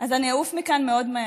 אז אני אעוף מכאן מאוד מהר.